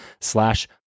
slash